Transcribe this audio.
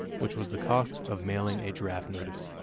which was the cost of mailing a draft notice.